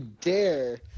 dare